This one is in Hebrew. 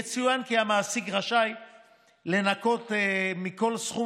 יצוין כי המעסיק רשאי לנכות מכל סכום